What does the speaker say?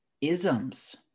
isms